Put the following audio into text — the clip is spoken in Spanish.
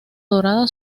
dorada